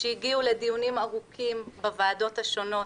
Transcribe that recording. שהגיעו לדיונים ארוכים בוועדות השונות,